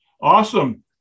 Awesome